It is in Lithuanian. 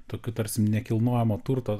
tokiu tarsi nekilnojamo turto